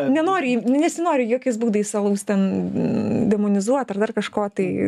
nenori nesinori jokiais būdais alaus ten demonizuot ar dar kažko tai